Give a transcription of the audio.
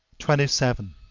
twenty seven.